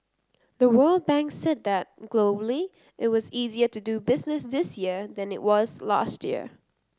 the World Bank said that globally it was easier to do business this year than it was last year